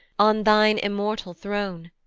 on thine immortal throne,